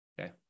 Okay